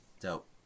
dope